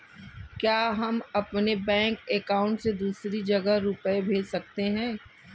क्या हम अपने बैंक अकाउंट से दूसरी जगह रुपये भेज सकते हैं?